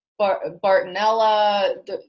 Bartonella